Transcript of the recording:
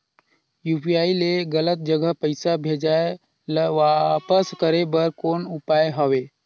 UPI ले गलत जगह पईसा भेजाय ल वापस करे बर कौन उपाय हवय?